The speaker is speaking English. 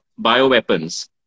bioweapons